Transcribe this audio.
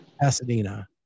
Pasadena